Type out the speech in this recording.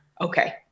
okay